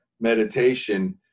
meditation